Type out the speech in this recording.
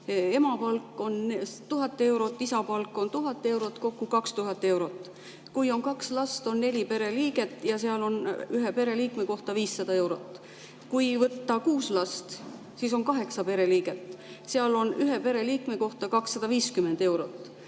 Ema palk on 1000 eurot, isa palk on 1000 eurot, kokku 2000 eurot. Kui on kaks last, on neli pereliiget ja seal on [sissetulek] ühe pereliikme kohta 500 eurot. Kui on kuus last, siis on kaheksa pereliiget ja seal on ühe pereliikme kohta 250 eurot.